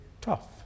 tough